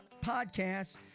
podcast